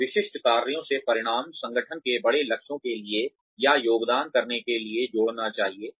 तो विशिष्ट कार्यों से परिणाम संगठन के बड़े लक्ष्यों के लिए या योगदान करने के लिए जोड़ना चाहिए